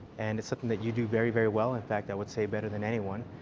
and it's something that you do very, very well. in fact, i would say better than anyone,